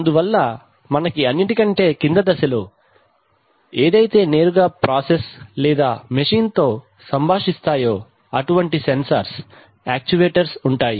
అందువల్ల మనకి అన్నిటికంటే కింద దశలో ఏవైతే నేరుగా ప్రాసెస్ లేదా మెషిన్ తో సంభవిస్తాయో అటువంటి సెన్సార్స్ యాక్చువేటర్స్ ఉంటాయి